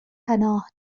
پناه